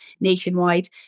nationwide